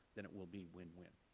then it will be win-win.